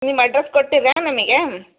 ನಿಮ್ಮ ಅಡ್ರೆಸ್ ಕೊಟ್ಟಿರ್ಯೆ ನಮಗೆ